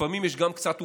לפעמים יש גם קצת עובדות: